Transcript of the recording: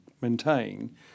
maintain